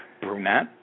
brunette